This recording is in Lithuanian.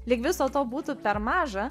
lyg viso to būtų per maža